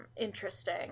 interesting